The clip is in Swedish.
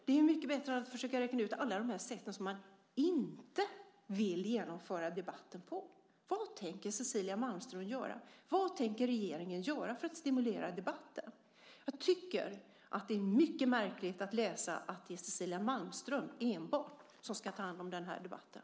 Det är mycket bättre än att försöka räkna ut alla sätt som man inte vill genomföra debatten på. Vad tänker Cecilia Malmström göra? Vad tänker regeringen göra för att stimulera debatten? Jag tycker att det är mycket märkligt att läsa att det enbart är Cecilia Malmström som ska ta hand om debatten.